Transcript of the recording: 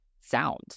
sound